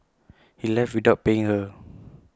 he left without paying her